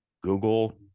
Google